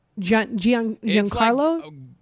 Giancarlo